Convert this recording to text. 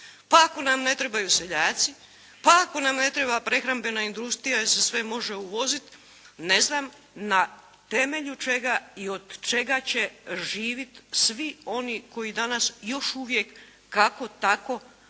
Pa ako nam ne trebaju seljaci, pa ako nam ne treba prehrambena industrija jer se sve može uvozit, ne znam na temelju čega i od čega će živit svi oni koji danas još uvijek kako tako ali